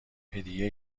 هدیه